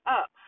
up